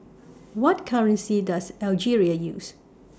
What currency Does Algeria use